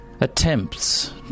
attempts